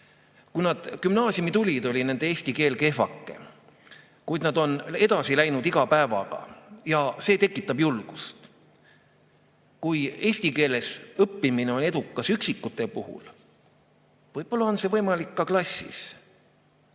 Kui nad gümnaasiumi tulid, oli nende eesti keel kehvake, kuid nad on iga päevaga edasi läinud ja see tekitab julgust. Kui eesti keeles õppimine on edukas üksikute puhul, võib-olla on see võimalik ka terves